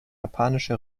japanische